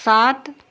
सात